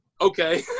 Okay